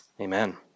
amen